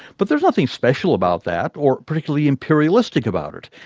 but there's nothing special about that, or particularly empirialistic about it,